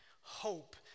Hope